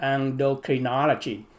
Endocrinology